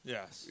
Yes